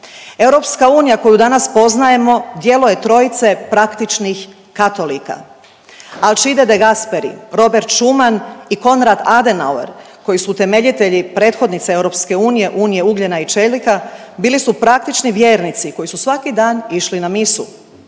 Europska unija koju danas poznajemo djelo je trojice praktičnih katolika Alcide De Gasperi, Robert Schumann i Konrad Adenauer koji su prethodnici EU Unije ugljena i čelika bili su praktični vjernici koji su svaki dan išli na misu.